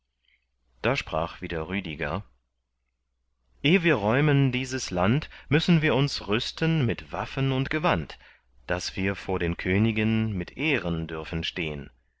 da sprach wieder rüdiger eh wir räumen dieses land müssen wir uns rüsten mit waffen und gewand daß wir vor den königen mit ehren dürfen stehn